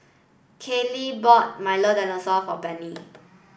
Kaley bought Milo dinosaur for Penny